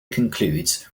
concludes